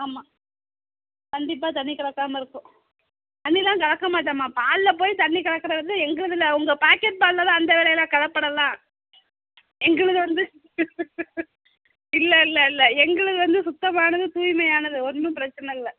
ஆமாம் கண்டிப்பாக தண்ணி கலக்காமல் இருக்கும் தண்ணியெலாம் கலக்க மாட்டோம்மா பாலில் போய் தண்ணி கலக்கிறது எங்களுது இல்லை உங்கள் பாக்கெட் பாலில் தான் அந்த இதில் எல்லாம் கலப்படமெலாம் எங்களுதுல வந்து இல்லை இல்லை இல்லை எங்களுது வந்து சுத்தமானது தூய்மையானது ஒன்றும் பிரச்சின இல்லை